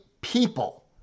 people